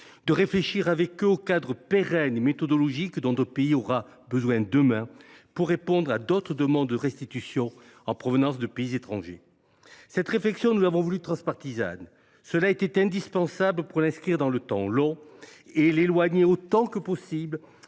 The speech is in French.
de réfléchir avec ces collègues au cadre pérenne et méthodologique dont notre pays aura besoin demain pour répondre à d’autres demandes de restitutions en provenance de pays étrangers. Cette réflexion, nous l’avons voulue transpartisane. Cela était indispensable pour l’inscrire dans le temps long et l’éloigner autant que possible